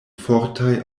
fortaj